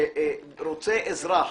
שרוצה אזרח